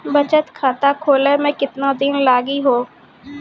बचत खाता खोले मे केतना दिन लागि हो?